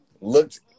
looked